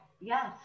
Yes